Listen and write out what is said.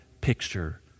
picture